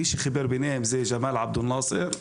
מי שחיבר ביניהם הוא ג'מאל עבד אל נאצר.